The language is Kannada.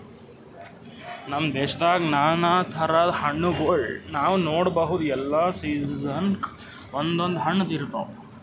ನಮ್ ದೇಶದಾಗ್ ನಾನಾ ಥರದ್ ಹಣ್ಣಗೋಳ್ ನಾವ್ ನೋಡಬಹುದ್ ಎಲ್ಲಾ ಸೀಸನ್ಕ್ ಒಂದೊಂದ್ ಹಣ್ಣ್ ಇರ್ತವ್